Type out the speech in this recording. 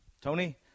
Tony